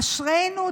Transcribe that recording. אשרינו,